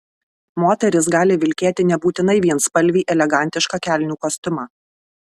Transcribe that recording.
moteris gali vilkėti nebūtinai vienspalvį elegantišką kelnių kostiumą